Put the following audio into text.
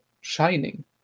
*Shining*